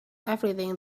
everything